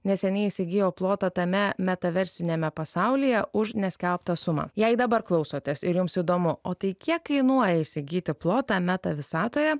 neseniai įsigijo plotą tame meta versliniame pasaulyje už neskelbtą sumą jei dabar klausotės ir jums įdomu o tai kiek kainuoja įsigyti plotą meta visatoje